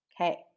Okay